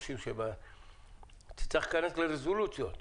תצטרך להיכנס לרזולוציות,